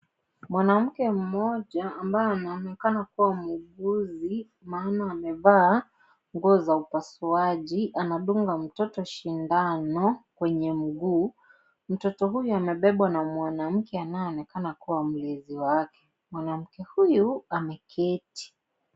Mwanamke mmoja ambaye anaonekana kuwa muuguzi maana amevaa nguo za upasuaji anadunga mtoto sindano kwenye mguu. Mtoto huyu amebebwa na mwanamke anayeonekana kuwa mlezi wake. Mwanamke huyu ameketi.